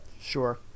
Sure